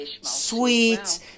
sweet